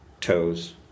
toes